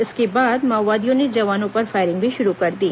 इसके बाद माओवादियों ने जवानों पर फायरिंग भी शुरू कर दी